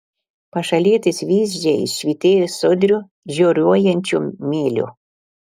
pašalietės vyzdžiai švytėjo sodriu žioruojančiu mėliu